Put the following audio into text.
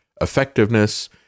effectiveness